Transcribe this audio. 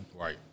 right